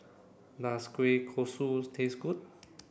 does Kueh Kosui taste good